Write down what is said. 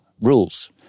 rules